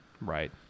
Right